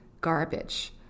garbage